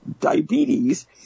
diabetes